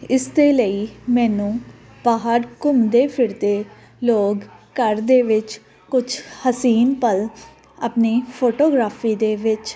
ਇਸ ਦੇ ਲਈ ਮੈਨੂੰ ਬਾਹਰ ਘੁੰਮਦੇ ਫਿਰਦੇ ਲੋਕ ਘਰ ਦੇ ਵਿੱਚ ਕੁਝ ਹਸੀਨ ਪਲ ਆਪਣੀ ਫੋਟੋਗ੍ਰਾਫੀ ਦੇ ਵਿੱਚ